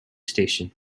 station